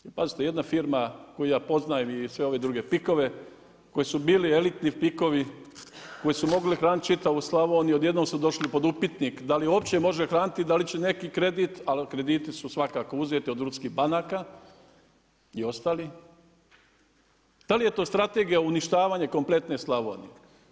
Pazite, jedna firma koju ja poznajem i sve ove druge PIK-ove koji su bili elitni PIK-ovi, koji su mogli nahraniti čitavu Slavoniju, odjednom su došli pod upitnik, da li uopće može hraniti, da li će neki kredit, a krediti su svakako uzeti od ruskih banaka i ostalih, da li je strategija uništavanja kompletne Slavonije?